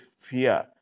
fear